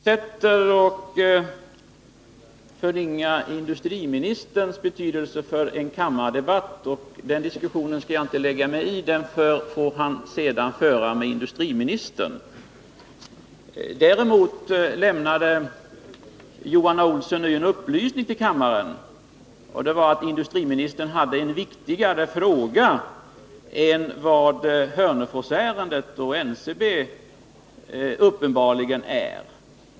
Herr talman! Johan A. Olsson fortsätter att förringa betydelsen av industriministerns närvaro i en kammardebatt. Den diskussionen skall jag inte lägga mig i, utan den får han senare föra med industriministern. Men Johan A. Olsson lämnade här en ny upplysning till kammaren, och det var att industriministern hade att behandla en fråga som var viktigare än vad frågan om Hörnefors och NCB uppenbarligen är.